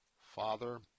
Father